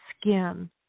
skin